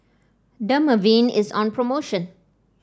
Dermaveen is on promotion